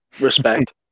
respect